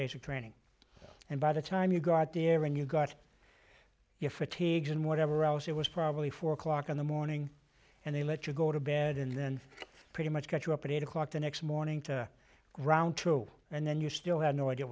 basic training and by the time you got there and you got your fatigues and whatever else it was probably four o'clock in the morning and they let you go to bed and then pretty much catch you up at eight o'clock the next morning to ground to and then you still had no idea